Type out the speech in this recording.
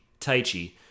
taichi